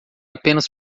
apenas